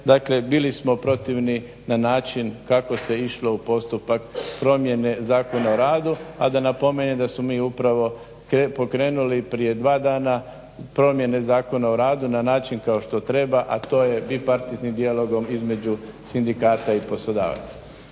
bili smo protivni na način kako se išlo u postupak promjene Zakona o radu. A da napomenem da smo mi upravo pokrenuli prije dva dana promjene Zakona o radu na način kao što treba, a to je … dijalogom između sindikata i poslodavaca.